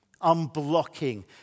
unblocking